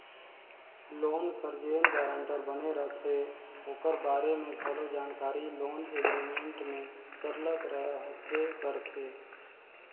loan कर जेन guarantor बने रहथे ओकर बारे में घलो जानकारी लोन एग्रीमेंट में सरलग रहबे करथे